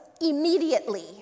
immediately